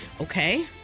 Okay